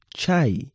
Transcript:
Chai